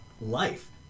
life